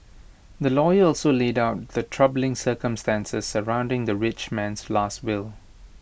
the lawyer also laid out the troubling circumstances surrounding the rich man's Last Will